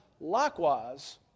likewise